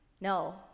No